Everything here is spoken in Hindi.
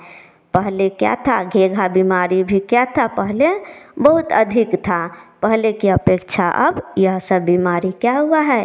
पहले क्या था घेघा बीमारी भी क्या था पहले बहुत अधिक था पहले की अपेक्षा अब यह सब बीमारी क्या हुआ है